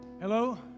Hello